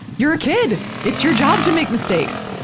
you're a kid. it's your job to make mistakes.